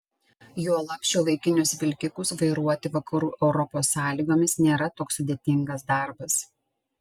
juolab šiuolaikinius vilkikus vairuoti vakarų europos sąlygomis nėra toks sudėtingas darbas